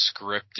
scripted